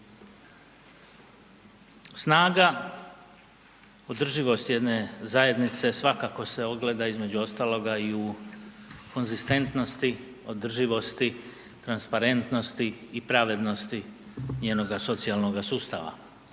Snaga održivosti jedne zajednice svakako se ogleda između ostaloga i u konzistentnosti, održivosti, transparentnosti i pravednosti njenoga socijalnoga sustava.